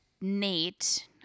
Nate